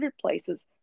places